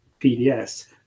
pds